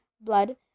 blood